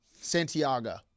Santiago